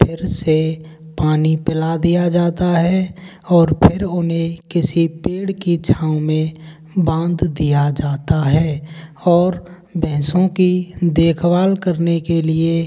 फिर से पानी पिला दिया जाता है और फिर उन्हें किसी पेड़ की छाँव में बाँध दिया जाता है और भैंसों की देखभाल करने के लिए